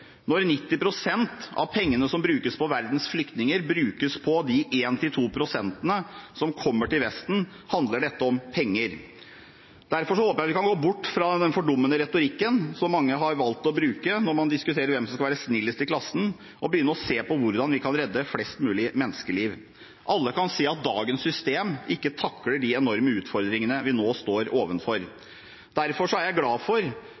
Når 90 pst. av pengene som brukes på verdens flyktninger, brukes på de 1–2 pst. som kommer til Vesten, handler dette om penger. Derfor håper jeg vi kan gå bort fra den fordummende retorikken som mange har valgt å bruke når man diskuterer hvem som skal være snillest i klassen, og begynne å se på hvordan vi kan redde flest mulig menneskeliv. Alle kan se at dagens system ikke takler de enorme utfordringene vi nå står overfor. Derfor er jeg glad for